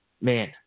man